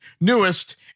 newest